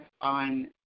on